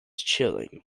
chilling